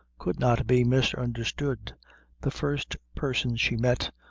could not be misunderstood the first person she met,